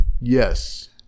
Yes